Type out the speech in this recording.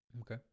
Okay